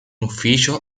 ufficio